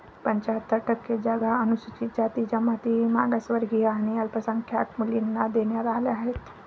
पंच्याहत्तर टक्के जागा अनुसूचित जाती, जमाती, मागासवर्गीय आणि अल्पसंख्याक मुलींना देण्यात आल्या आहेत